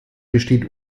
besteht